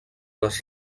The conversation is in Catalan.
les